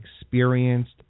experienced